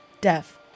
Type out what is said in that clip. death